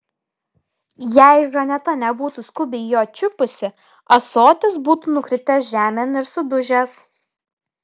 jei žaneta nebūtų skubiai jo čiupusi ąsotis būtų nukritęs žemėn ir sudužęs